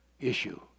issue